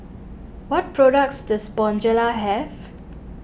what products does Bonjela have